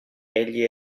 egli